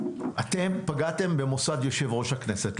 אתם פגעתם במוסד יושב-ראש הכנסת,